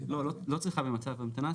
לא, לא צריכה במצב המתנה.